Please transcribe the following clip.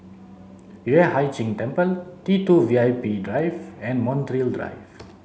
Yueh Hai Ching Temple T two V I P Drive and Montreal Drive